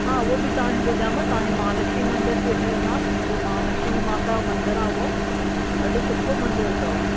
हा उहो बि तव्हांखे ॿुधायोमांव तव्हांखे महालक्ष्मी जे मंदर ते वठी वेंदासीं उहो महलक्ष्मी माता जो मंदरु आहे उहो ॾाढो सुठो मंदरु अथव